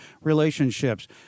relationships